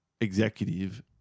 executive